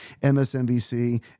MSNBC